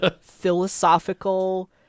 philosophical